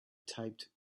taped